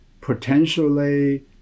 potentially